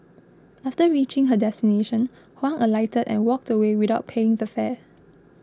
after reaching her destination Huang alighted and walked away without paying the fare